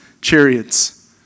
chariots